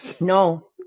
No